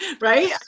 Right